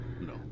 no